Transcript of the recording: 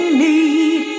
need